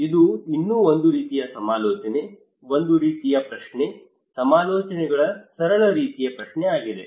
ಇದು ಇನ್ನೂ ಒಂದು ರೀತಿಯ ಸಮಾಲೋಚನೆ ಒಂದು ರೀತಿಯ ಪ್ರಶ್ನೆ ಸಮಾಲೋಚನೆಗಳ ಸರಳ ರೀತಿಯ ಪ್ರಶ್ನೆ ಆಗಿದೆ